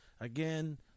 Again